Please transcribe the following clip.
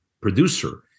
producer